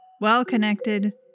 well-connected